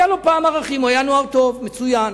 היו לו פעם ערכים, הוא היה נוער טוב, מצוין.